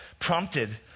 prompted